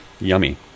Yummy